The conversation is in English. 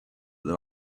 that